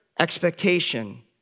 expectation